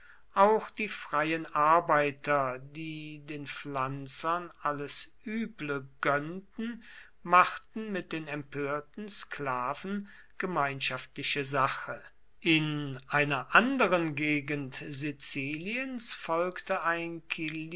auch die freien arbeiter die den pflanzern alles üble gönnten machten mit den empörten sklaven gemeinschaftliche sache in einer anderen gegend siziliens folgte ein